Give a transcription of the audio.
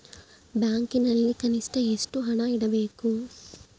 ಬ್ಯಾಂಕಿನಲ್ಲಿ ಕನಿಷ್ಟ ಎಷ್ಟು ಹಣ ಇಡಬೇಕು?